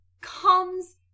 comes